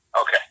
Okay